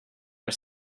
are